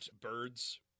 birds